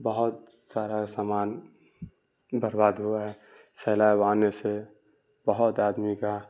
بہت سارا سامان برباد ہوا ہے سیلاب آنے سے بہت آدمی کا